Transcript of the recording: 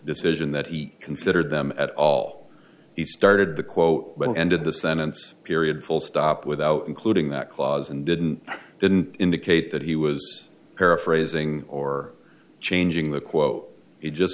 decision that he considered them at all he started the quote but ended the sentence period full stop without including that clause and didn't didn't indicate that he was paraphrasing or changing the quote he just